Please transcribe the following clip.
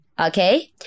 Okay